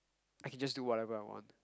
I can just do whatever I want